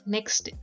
Next